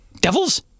Devils